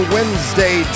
Wednesday